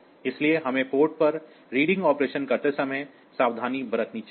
इसलिए हमें पोर्ट पर रीडिंग ऑपरेशन करते समय सावधानी बरतनी चाहिए